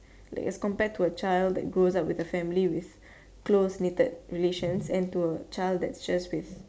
like as compared to a child that grows up with a family with close knitted relations and to a child that's just with